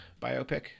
biopic